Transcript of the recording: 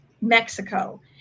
Mexico